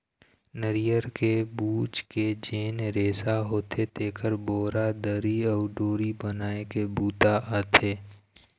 नरियर के बूच के जेन रेसा होथे तेखर बोरा, दरी अउ डोरी बनाए के बूता आथे